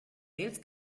wales